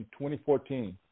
2014